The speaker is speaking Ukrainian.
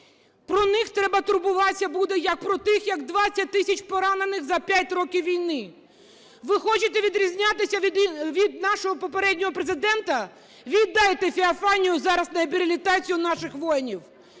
Про них треба турбуватися буде, як про тих як 20 тисяч поранених за 5 років війни. Ви хочете відрізнятися від нашого попереднього Президента – віддайте Феофанію зараз на реабілітацію наших воїнів.